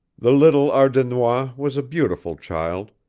the little ardennois was a beautiful child,